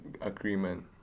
agreement